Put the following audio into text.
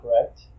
correct